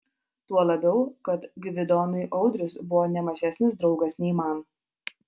tuo labiau kad gvidonui audrius buvo ne mažesnis draugas nei man